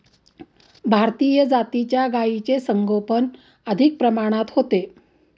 भारतीय जातीच्या गायींचे संगोपन अधिक प्रमाणात होते